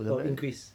or increase